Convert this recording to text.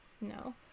No